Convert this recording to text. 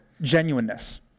genuineness